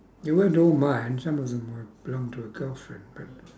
they weren't all mine some of them were belonged to a girlfriend but